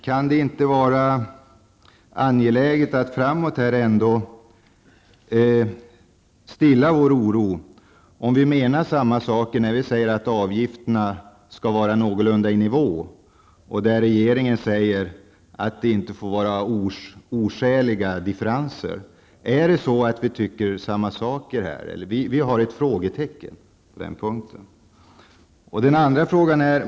Kan det inte vara angeläget att stilla vår oro, om vi menar samma saker när vi säger att avgifterna skall vara någorlunda i nivå, och regeringen säger att det inte får vara oskäliga differenser? Tycker vi likadant här? Vi har ett frågetecken på denna punkt.